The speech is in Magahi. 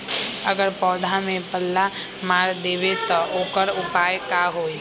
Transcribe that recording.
अगर पौधा में पल्ला मार देबे त औकर उपाय का होई?